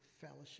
fellowship